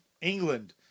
England